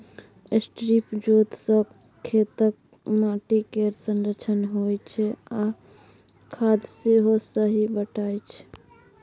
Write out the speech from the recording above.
strip जोत सँ खेतक माटि केर संरक्षण होइ छै आ खाद सेहो सही बटाइ छै